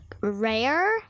rare